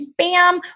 spam